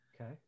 Okay